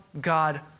God